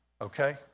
Okay